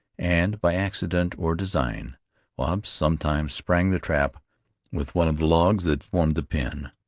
and by accident or design wahb sometimes sprang the trap with one of the logs that formed the pen.